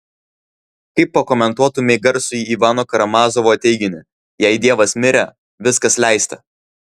kaip pakomentuotumei garsųjį ivano karamazovo teiginį jei dievas mirė viskas leista